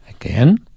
Again